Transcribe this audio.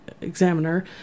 examiner